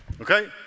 Okay